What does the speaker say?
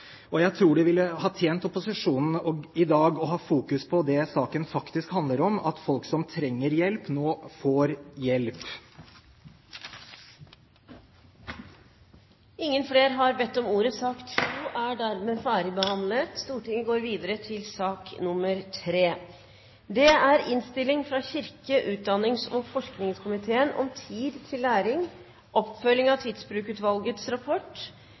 Jeg tror det ville ha tjent opposisjonen i dag å ha fokus på det saken faktisk handler om: at folk som trenger hjelp, nå får hjelp. Flere har ikke bedt om ordet til sak nr. 2. Etter ønske fra kirke-, utdannings- og forskningskomiteen vil presidenten foreslå at taletiden begrenses til 60 minutter, og